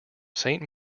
saint